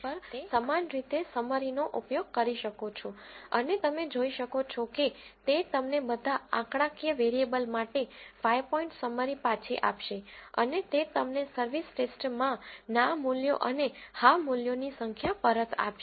તમે service test પર સમાન રીતે સમ્મરીનો ઉપયોગ કરી શકો છો અને તમે જોઈ શકો છો કે તે તમને બધા આંકડાકીય વેરીઅબલ માટે 5 પોઇન્ટ સમ્મરી પાછી આપશે અને તે તમને સર્વિસ ટેસ્ટ માં ના મૂલ્યો અને હા મૂલ્યોની સંખ્યા પરત આપશે